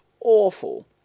awful